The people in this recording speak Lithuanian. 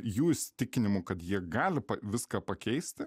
jų įsitikinimu kad jie gali viską pakeisti